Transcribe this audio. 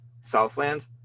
Southland